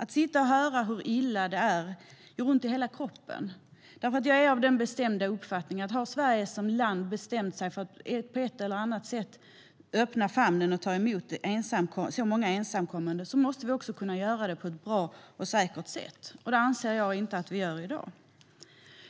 Att sitta och höra hur illa det är gör ont i hela kroppen. Jag är nämligen av den bestämda uppfattningen att om Sverige som land har bestämt sig för att på ett eller annat sätt öppna famnen och ta emot så många ensamkommande måste vi också kunna göra det på ett bra och säkert sätt. Det anser jag att vi inte gör i dag.